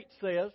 says